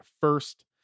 first